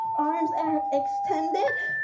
arms are extended,